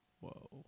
Whoa